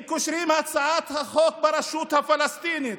הם קושרים את הצעת החוק ברשות הפלסטינית,